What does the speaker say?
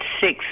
six